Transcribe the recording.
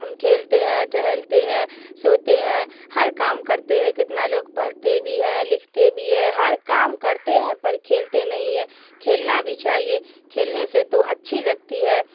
ہم کھیلتے ہیں ٹہلتے ہیں سوتے ہیں ہر کام کرتے ہیں کتنا لوگ پڑھتے بھی ہی لکھتے بھی ہے ہر کام کرتے ہیں پر کھیلتے نہیں ہیں کھیلنا بھی چاہیے کھیلنے سے تو اچھی لگتی ہے